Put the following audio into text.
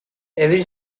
every